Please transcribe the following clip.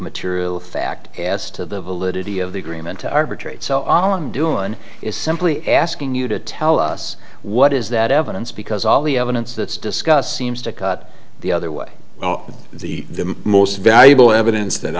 material fact as to the validity of the agreement to arbitrate so all i'm doing is simply asking you to tell us what is that evidence because all the evidence that's discussed seems to cut the other way the most valuable evidence that